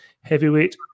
heavyweight